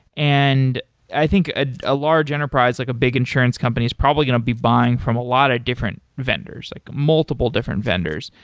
and i think ah a large enterprise, like a big insurance company is probably going to be buying from a lot of different vendors, like multiple different vendors.